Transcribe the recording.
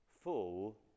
full